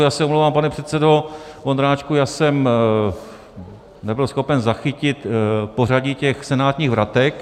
Já se omlouvám, pane předsedo Vondráčku, nebyl jsem schopen zachytit pořadí těch senátních vratek.